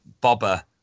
Bobber